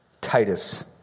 Titus